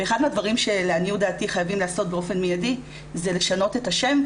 ואחד מהדברים שלעניות דעתי חייבים לעשות באופן מיידי זה לשנות את השם.